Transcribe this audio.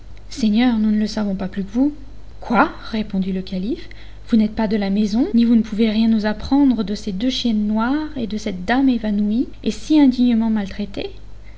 seigneur nous ne le savons pas plus que vous quoi reprit le calife vous n'êtes pas de la maison ni vous ne pouvez rien nous apprendre de ces deux chiennes noires et de cette dame évanouie et si indignement maltraitée